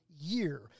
year